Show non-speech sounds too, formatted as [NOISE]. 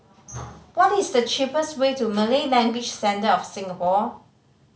[NOISE] what is the cheapest way to Malay Language Centre of Singapore